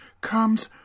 comes